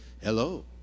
Hello